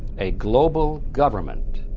a global government,